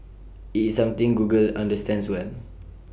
IT is something Google understands well